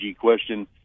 question